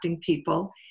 people